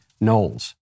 Knowles